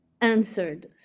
answered